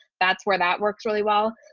that's where that works really well.